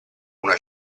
una